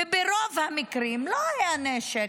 וברוב המקרים לא היה נשק.